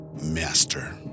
master